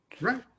Right